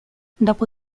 dopo